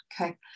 Okay